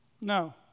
No